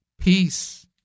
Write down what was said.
peace